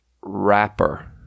rapper